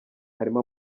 harimo